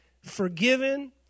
Forgiven